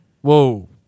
whoa